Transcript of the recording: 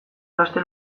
aste